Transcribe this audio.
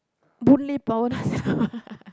Boon-Lay Power